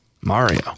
Mario